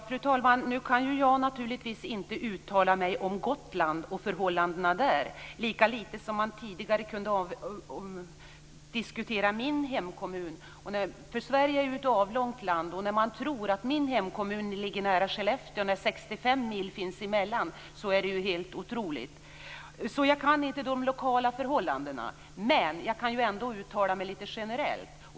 Fru talman! Nu kan jag naturligtvis inte uttala mig om Gotland och förhållandena där, lika lite som man tidigare kunde diskutera min hemkommun. Sverige är ett avlångt land. Det är helt otroligt att man kan tro att min hemkommun ligger nära Skellefteå när 65 mil finns mellan. Jag kan inte de lokala förhållandena, men jag kan uttala mig lite generellt.